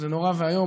זה נורא ואיום,